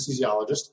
anesthesiologist